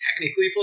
technically